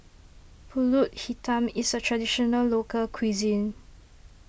Pulut Hitam is a Traditional Local Cuisine